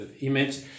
image